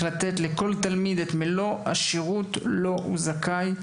לתת לכל תלמיד את מלוא השירות שהוא זכאי לו,